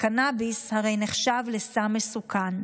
וקנביס הרי נחשב סם מסוכן.